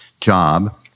job